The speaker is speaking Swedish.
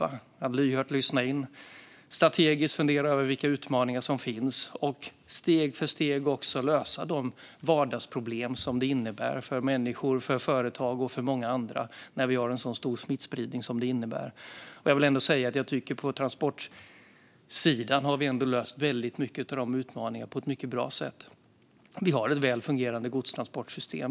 Det gäller att lyhört lyssna in, strategiskt fundera över vilka utmaningar som finns, och steg för steg lösa de vardagsproblem som det innebär för människor, företag och många andra när vi har en sådan stor smittspridning som vi har. På transportsidan har vi ändå löst väldigt många av de utmaningarna på ett mycket bra sätt. Vi har ett väl fungerande godstransportsystem.